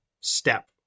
step